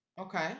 Okay